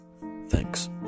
Thanks